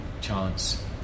chance